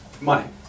Money